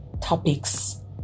topics